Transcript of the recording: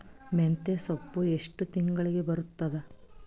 ಮೆಂತ್ಯ ಸೊಪ್ಪು ಎಷ್ಟು ತಿಂಗಳಿಗೆ ಬರುತ್ತದ?